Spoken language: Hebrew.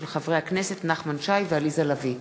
הצעתם של חברי הכנסת נחמן שי ועליזה לביא.